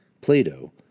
Plato